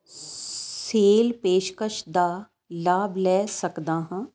sale ਪੇਸ਼ਕਸ਼ ਦਾ ਲਾਭ ਲੈ ਸਕਦਾ ਹਾਂ